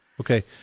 Okay